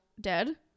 dead